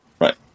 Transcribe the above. Right